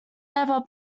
never